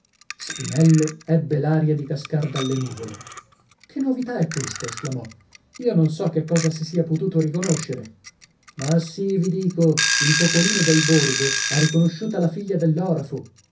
spinello ebbe l'aria di cascar dalle nuvole che novità è questa esclamò io non so che cosa si sia potalo riconoscere ma sì vi dico il popolino del borgo ha riconosciuta la figlia dell'orafo